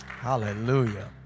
hallelujah